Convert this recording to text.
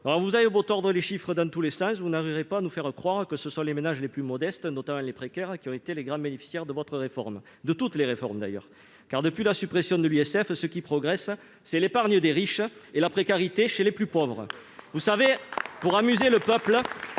Vous avez beau tordre les chiffres dans tous les sens, madame la ministre, vous n'arriverez pas nous faire croire que ce sont les ménages les plus modestes, notamment les précaires, qui ont été les grands bénéficiaires de votre réforme, de toutes les réformes d'ailleurs. Car, depuis la suppression de l'impôt de solidarité sur la fortune (ISF), ce qui progresse, c'est l'épargne des riches et la précarité chez les plus pauvres. Vous savez, pour amuser le peuple,